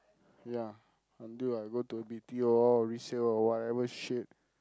ya until I go to B_T_O or resale or whatever shit